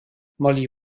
molly